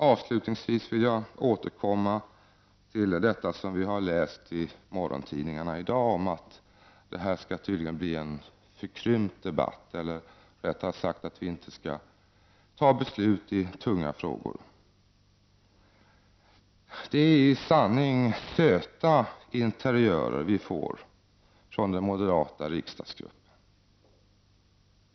Avslutningsvis vill jag återkomma till det som vi har läst om i morgontidningarna i dag, att detta tydligen skall bli en förkrympt debatt, eller rättare sagt att vi inte skall fatta beslut i tunga frågor. Det är i sanning söta interiörer vi får från den moderata riksdagsgruppen.